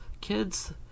kids